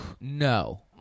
No